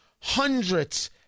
hundreds